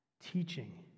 teaching